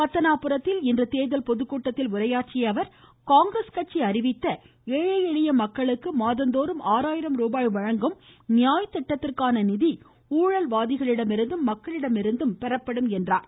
பத்தனாபுரத்தில் இன்று தேர்தல் பொதுக்கூட்டத்தில் உரையாற்றிய அவர் காங்கிரஸ் கட்சி அறிவித்த ஏழை எளிய மக்களுக்கு மாதந்தோறும் ஆறாயிரம் ரூபாய் வழங்கும் நியாய் திட்டத்திற்கான நிதி ஊழல்வாதிகளிடமிருந்தும் மக்களிடமிருந்தும் பெறப்படும் என்றார்